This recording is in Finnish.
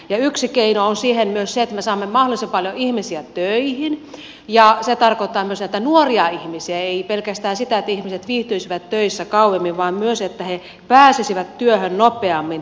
yksi keino on siihen myös se että me saamme mahdollisimman paljon ihmisiä töihin ja se tarkoittaa myös näitä nuoria ihmisiä ei pelkästään sitä että ihmiset viihtyisivät töissä kauemmin vaan myös sitä että he pääsisivät työhön nopeammin